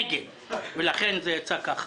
הצבעה נגד ולכן זה יצא כך.